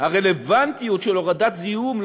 הרלוונטיות של הורדת זיהום,